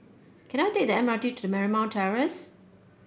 can I take the M R T to Marymount Terrace